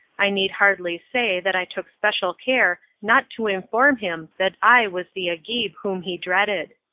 i need hardly say that i took special care not to inform him that i was the agib whom he dreaded.